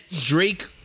Drake